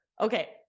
Okay